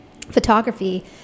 photography